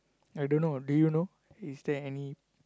I don't know do you know is there any